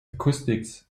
acoustics